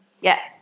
Yes